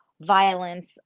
violence